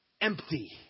empty